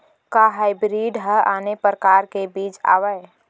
का हाइब्रिड हा आने परकार के बीज आवय?